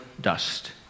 dust